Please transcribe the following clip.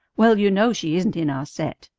well, you know she isn't in our set.